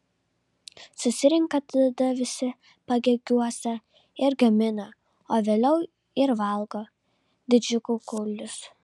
susirenka tada visi pagėgiuose ir gamina o vėliau ir valgo didžkukulius